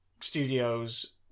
studios